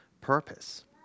purpose